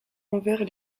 envers